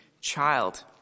child